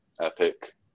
epic